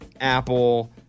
Apple